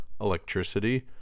electricity